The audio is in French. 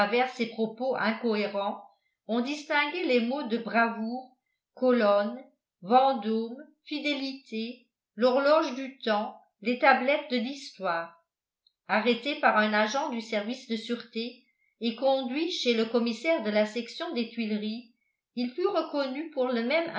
ses propos incohérents on distinguait les mots de bravoure colonne vendôme fidélité l'horloge du temps les tablettes de l'histoire arrêté par un agent du service de sûreté et conduit chez le commissaire de la section des tuileries il fut reconnu pour le même